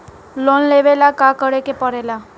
Loan लेबे ला का करे के पड़े ला?